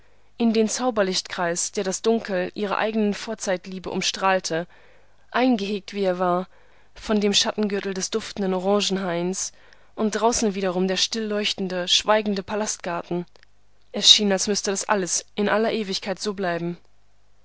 in den zauberlichtkreis der das dunkel ihrer eigenen vorzeitliebe umstrahlte eingehegt wie er war von dem schattengürtel des duftenden orangenhains und draußen wiederum der stilleuchtende schweigende palastgarten es schien als müsse das alles in aller ewigkeit so bleiben